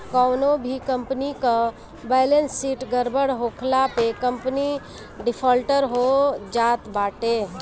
कवनो भी कंपनी कअ बैलेस शीट गड़बड़ होखला पे कंपनी डिफाल्टर हो जात बाटे